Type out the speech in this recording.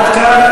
עד כאן.